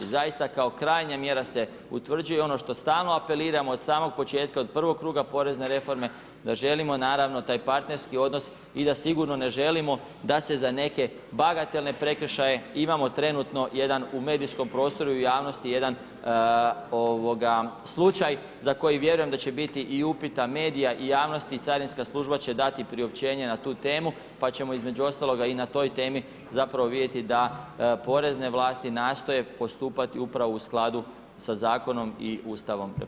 Zaista kao krajnja mjera se utvrđuje i ono što stalno apeliramo, od samog početka, od prvog kruga porezne reforme, da želimo naravno, taj partnerski odnos i da sigurno ne želimo, da se za neke bagatelne prekršaje imamo trenutno, jedan u medijskom prostoru i u javnosti, jedan slučaj za koji vjerujem da će biti i upita medija i javnosti i carinska služba će dati priopćenje na tu temu, pa ćemo između ostaloga i na toj temi, zapravo vidjeti, da porezne vlasti nastoje postupati upravo u skladu sa zakonom i Ustavom RH.